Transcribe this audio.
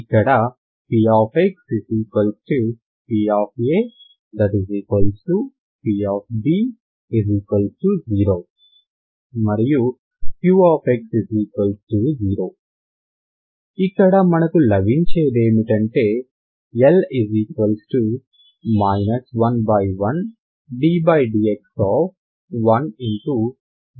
ఇక్కడ pxpapb0 మరియు qx0 ఇక్కడ మనకు లబించేదేమిటంటే L 11 ddx 1